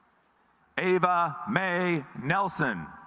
ava may nelson